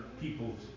people's